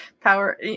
power